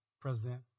president